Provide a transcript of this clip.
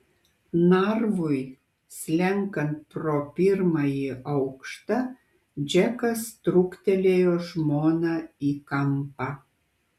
narvui slenkant pro pirmąjį aukštą džekas trūktelėjo žmoną į kampą